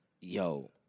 yo